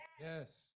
Yes